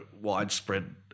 widespread